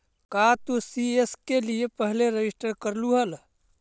का तू सी.एस के लिए पहले रजिस्टर करलू हल